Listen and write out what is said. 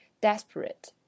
desperate